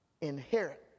inherit